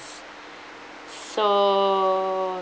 so